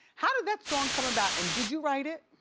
how did that song come about and did you write it?